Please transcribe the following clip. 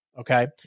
Okay